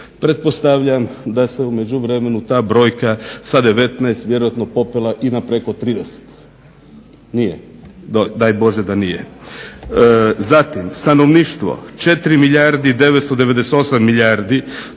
Pretpostavljam da se u međuvremenu ta brojka sa 19 vjerojatno popela i na preko 30. Nije? Daj Bože da nije. Zatim stanovništvo 4 milijarde 998 milijardi